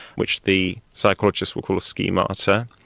which the psychologist will call a schemata.